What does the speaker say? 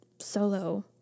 solo